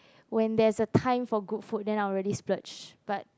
when there's a time for good food then I'll really splurge but